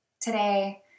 today